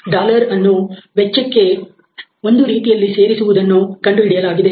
40 ಅನ್ನು ವೆಚ್ಚಕ್ಕೆ ಒಂದು ರೀತಿಯಲ್ಲಿ ಸೇರಿಸುವುದನ್ನು ಕಂಡುಹಿಡಿಯಲಾಗಿದೆ